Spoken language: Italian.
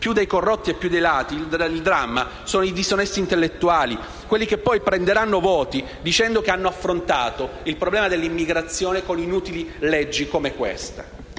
Più dei corrotti e più dei ladri, il dramma sono i disonesti intellettuali, quelli che poi prenderanno voti dicendo che hanno affrontato il problema dell'immigrazione con inutili leggi come questa.